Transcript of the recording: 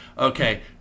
okay